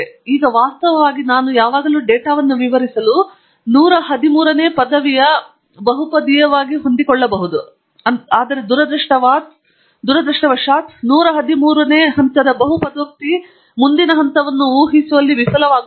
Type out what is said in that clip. ಈಗ ವಾಸ್ತವವಾಗಿ ನಾನು ಯಾವಾಗಲೂ ಡೇಟಾವನ್ನು ವಿವರಿಸಲು 113 ನೇ ಪದವಿಯ ಬಹುಪದೀಯವಾಗಿ ಹೊಂದಿಕೊಳ್ಳಬಹುದು ಆದರೆ ದುರದೃಷ್ಟವಶಾತ್ 113 ನೇ ಹಂತದ ಬಹುಪದೋಕ್ತಿ ಮುಂದಿನ ಹಂತವನ್ನು ಊಹಿಸುವಲ್ಲಿ ವಿಫಲವಾಗುತ್ತದೆ